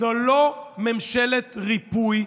זו לא ממשלת ריפוי,